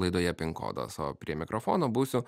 laidoje pin kodas o prie mikrofono būsiu